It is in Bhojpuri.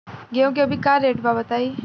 गेहूं के अभी का रेट बा बताई?